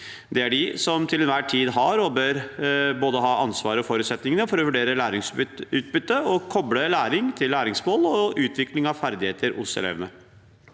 Det er de som til enhver tid har og bør ha både ansvaret og forutsetningene for å vurdere læringsutbytte og koble læring til læringsmål og utvikling av ferdigheter hos elevene.